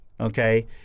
Okay